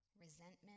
resentment